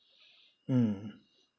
mm